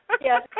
Yes